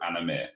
anime